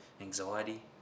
anxiety